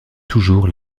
toujours